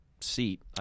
seat